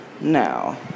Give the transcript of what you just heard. Now